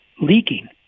leaking